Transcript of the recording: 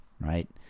right